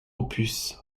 opus